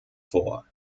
vor